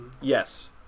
yes